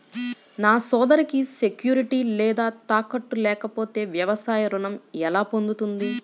నా సోదరికి సెక్యూరిటీ లేదా తాకట్టు లేకపోతే వ్యవసాయ రుణం ఎలా పొందుతుంది?